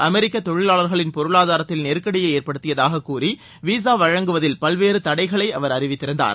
அமெரிக்க தொழிலாளர்களின் பொருளாதாரத்தில் நெருக்கடியை ஏற்படுத்தியதாக கூறி விசா வழங்குவதில் பல்வேறு தடைகளை அவர் அறிவித்திருந்தார்